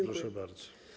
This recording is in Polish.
Proszę bardzo.